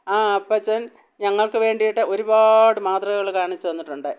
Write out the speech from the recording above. ആ അപ്പച്ചൻ ഞങ്ങൾക്കു വേണ്ടിയിട്ട് ഒരുപാട് മാതൃകകൾ കാണിച്ചു തന്നിട്ടുണ്ട്